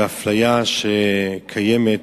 והאפליה שקיימת,